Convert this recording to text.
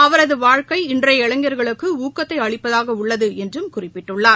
அவரது வாழ்க்கை இன்றைய இளைஞர்களுக்கு ஊக்கத்தை அளிப்பதாக உள்ளது என்றும் குறிப்பிட்டுள்ளார்